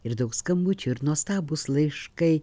ir daug skambučių ir nuostabūs laiškai